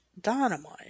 Dynamite